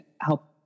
help